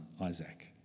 Isaac